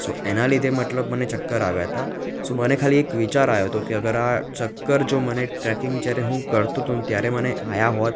સો એના લીધે મતલબ મને ચક્કર આવ્યાં હતાં સો મને ખાલી એક વિચાર આવ્યો હતો કે અગર આ ચક્કર જો મને ટ્રેકિંગ જ્યારે હું કરતો હતોને ત્યારે મને આવ્યાં હોત